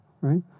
right